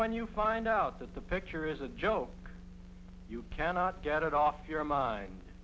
when you find out that the picture is a joke you cannot get it off your mind